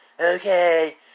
Okay